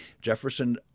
Jefferson